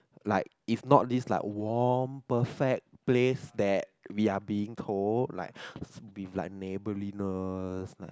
like if not this like warm perfect place that we are being told like be like neighbourliness